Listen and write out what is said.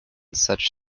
such